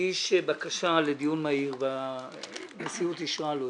בקשה לדיון מהיר והנשיאות אישרה זאת